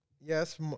yes